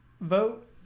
vote